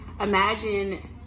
Imagine